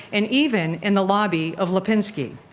and even in the lobby of lipinsky.